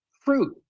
fruit